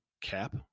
cap